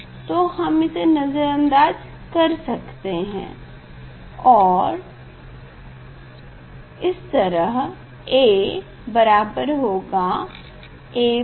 तो हम उसे नजर अंदाज़ कर सकते हैं और अतः A बराबर होगा A12 के